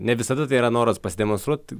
ne visada tai yra noras pasidemonstruot